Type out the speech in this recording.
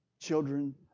children